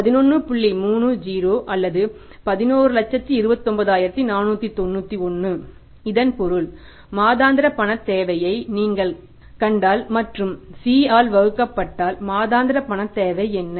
30 அல்லது 1129491 இதன் பொருள் மாதாந்திர பணத் தேவையை நீங்கள் கண்டால் மற்றும் C ஆல் வகுக்கப்பட்டால் மாதாந்திர பணத் தேவை என்ன